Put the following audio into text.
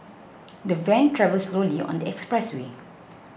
the van travelled slowly on the expressway